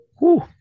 whoo